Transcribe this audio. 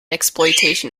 exploitation